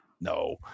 no